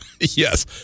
Yes